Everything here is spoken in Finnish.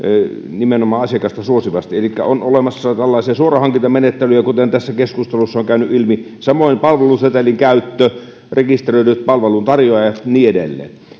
nimenomaan asiakasta suosivasti on olemassa tällaisia suorahankintamenettelyjä kuten tässä keskustelussa on käynyt ilmi samoin palvelusetelin käyttö rekisteröidyt palveluntarjoajat ja niin edelleen